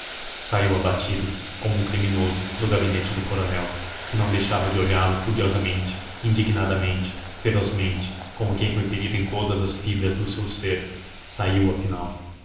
saiu abatido como um criminoso do gabinete do coronel que não deixava de olhá lo furiosamente indignadamente ferozmente como quem foi ferido em todas as fibras do seu ser saiu afinal